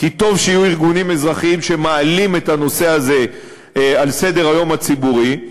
כי טוב שיהיו ארגונים אזרחיים שמעלים את הנושא הזה על סדר-היום הציבורי,